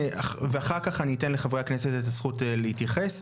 ואח"כ אני אתן לחה"כ את הזכות להתייחס.